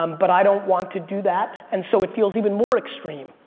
um but i don't want to do that and so it feels even more extreme,